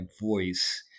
voice